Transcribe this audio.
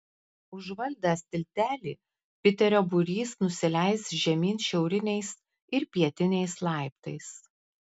užvaldęs tiltelį piterio būrys nusileis žemyn šiauriniais ir pietiniais laiptais